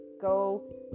go